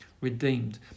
redeemed